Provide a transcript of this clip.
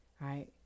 right